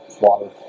Water